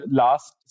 last